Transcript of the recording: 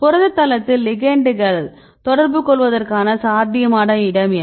புரத தளத்தில் லிகெண்ட்கள் தொடர்புகொள்வதற்கான சாத்தியமான இடம் என்ன